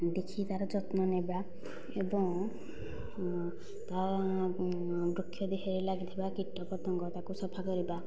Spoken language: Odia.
ଦେଖି ତାର ଯତ୍ନ ନେବା ଏବଂ ତା ବୃକ୍ଷ ଦେହରେ ଲାଗିଥିବା କୀଟପତଙ୍ଗ ତାକୁ ସଫା କରିବା